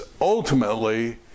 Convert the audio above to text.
ultimately